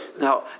Now